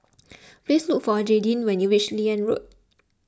please look for Jadyn when you reach Liane Road